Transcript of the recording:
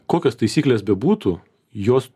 kokios taisyklės bebūtų jos